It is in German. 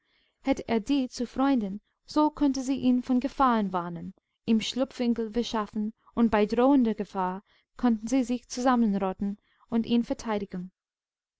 hasenvolk mitfinkenundmeisenundspechtenundlerchen hätteerdiezu freunden so konnten sie ihn vor gefahren warnen ihm schlupfwinkel verschaffen und bei drohender gefahr konnten sie sich zusammenrotten und ihnverteidigen